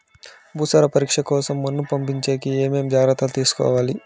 భూసార పరీక్ష కోసం మన్ను పంపించేకి ఏమి జాగ్రత్తలు తీసుకోవాలి?